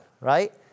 Right